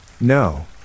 No